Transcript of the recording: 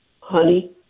honey